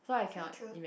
true true